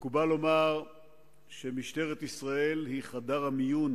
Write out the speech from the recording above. מקובל לומר שמשטרת ישראל היא חדר המיון